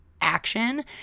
action